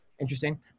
interesting